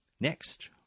Next